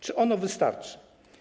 Czy ono wystarczy?